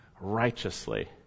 righteously